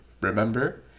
remember